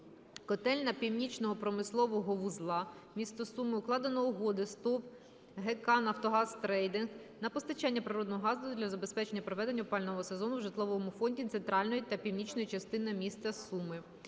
"Котельня північного промислового вузла" (місто Суми) укладенню угоди з ТОВ "ГК "Нафтогаз Трейдинг" на постачання природного газу для забезпечення проведення опалювального сезону в житловому фонді центральної та північної частини міста Суми.